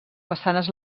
façanes